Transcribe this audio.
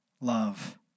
love